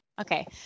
Okay